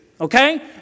Okay